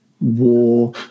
war